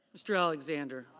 mr. alexander.